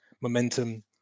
momentum